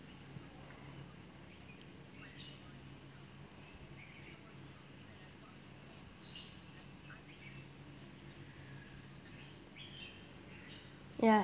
ya